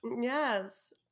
Yes